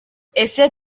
ese